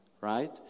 right